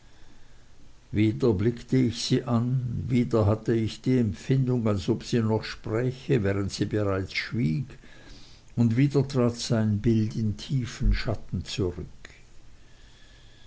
wieder blickte ich sie an wieder hatte ich die empfindung als ob sie noch spräche während sie bereits schwieg und wieder trat sein bild in tiefen schatten zurück